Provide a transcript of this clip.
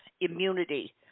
immunity